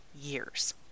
years